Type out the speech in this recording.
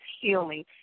healing